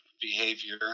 behavior